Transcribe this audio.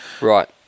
Right